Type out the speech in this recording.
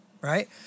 right